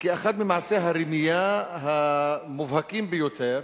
כאחד ממעשי הרמייה המובהקים ביותר.